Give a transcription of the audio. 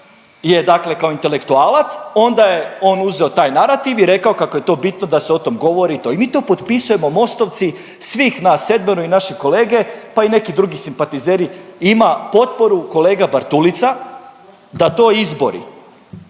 je dakle kao intelektualac, onda je on uzeo taj narativ i rekao kako je to bitno da se o tom govori i to. I mi to potpisujemo Mostovci, svih nas sedmero i naši kolege pa i neki drugi simpatizeri ima potporu kolega Bartulica da to izbori.